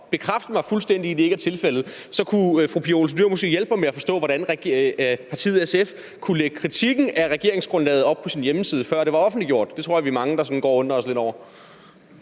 bekræfte mig fuldstændig i, at det ikke er tilfældet, så kunne fru Pia Olsen Dyhr måske hjælpe mig med at forstå, hvordan partiet SF har kunnet lægge kritikken af regeringsgrundlaget op på sin hjemmeside, før det var offentligtgjort. Det tror jeg vi er mange der sådan går og undrer os lidt over.